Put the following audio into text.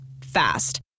Fast